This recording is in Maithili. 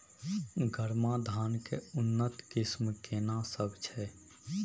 गरमा धान के उन्नत किस्म केना सब छै?